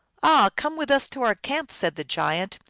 ah, come with us to our camp, said the giant,